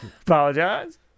Apologize